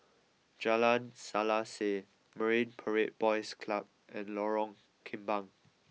Jalan Selaseh Marine Parade Boys Club and Lorong Kembang